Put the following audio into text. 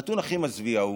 הנתון הכי מזוויע הוא